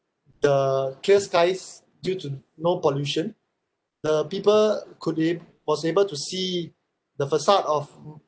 the clear skies due to no pollution the people could ab~ was able to see the facade of